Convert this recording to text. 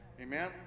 Amen